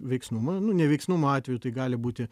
veiksnumą nu neveiksnumo atveju tai gali būti